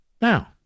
Now